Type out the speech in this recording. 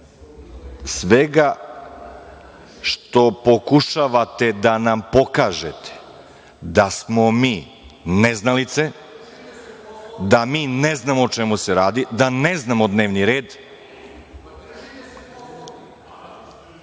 svega što pokušavate da nam pokažete da smo mi neznalice, da mi ne znamo o čemu se radi, da ne znamo dnevni